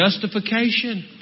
justification